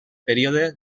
període